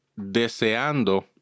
deseando